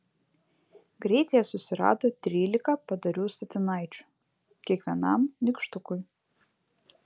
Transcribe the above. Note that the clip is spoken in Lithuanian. greit jie susirado trylika padorių statinaičių kiekvienam nykštukui